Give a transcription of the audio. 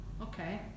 okay